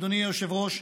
אדוני היושב-ראש,